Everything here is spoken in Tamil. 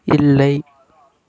இல்லை